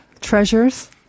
treasures